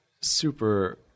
super